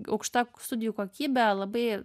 aukšta studijų kokybė labai